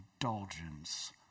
indulgence